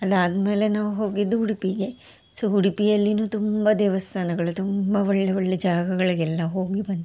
ಅದಾದಮೇಲೆ ನಾವು ಹೋಗಿದ್ದು ಉಡುಪಿಗೆ ಸೊ ಉಡುಪಿಯಲ್ಲಿನು ತುಂಬಾ ದೇವಸ್ಥಾನಗಳು ತುಂಬಾ ಒಳ್ಳೆಯ ಒಳ್ಳೆಯ ಜಾಗಗಳಿಗೆಲ್ಲ ಹೋಗಿ ಬಂದ್ವಿ